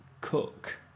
cook